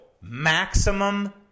maximum